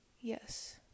yes